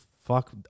fuck